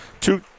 two